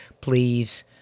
Please